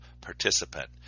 participant